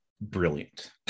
brilliant